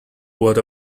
what